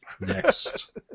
next